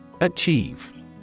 Achieve